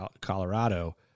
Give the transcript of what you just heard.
Colorado